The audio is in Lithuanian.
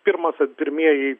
pirmosios pirmieji